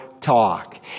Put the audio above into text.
Talk